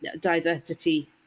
diversity